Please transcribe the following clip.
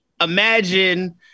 imagine